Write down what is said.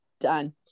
Done